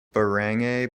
barangay